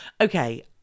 Okay